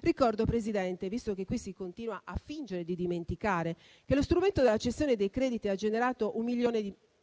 Ricordo, Presidente, visto che qui si continua a fingere di dimenticare, che lo strumento della cessione dei crediti ha generato un milione di